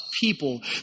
people